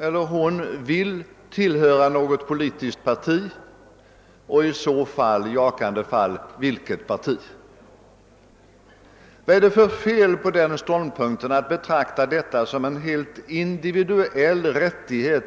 eller hon vill tillhöra något politiskt parti och i så fall vilket? Vad är det för fel på ståndpunkten att betrakta detta som en individuell rättighet?